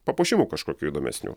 papuošimų kažkokių įdomesnių